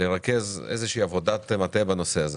לרכז איזושהי עבודת מטה בנושא הזה.